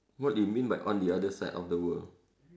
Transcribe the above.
what you mean by on the other side of the world